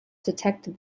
detected